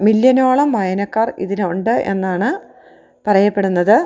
മില്യനോളം വായനക്കാർ ഇതിന് ഉണ്ട് എന്നാണ് പറയപ്പെടുന്നത്